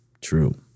true